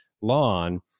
lawn